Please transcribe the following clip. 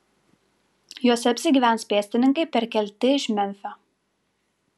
jose apsigyvens pėstininkai perkelti iš memfio